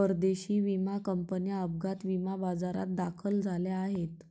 परदेशी विमा कंपन्या अपघात विमा बाजारात दाखल झाल्या आहेत